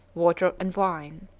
water, and wine.